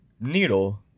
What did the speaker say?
Needle